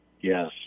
Yes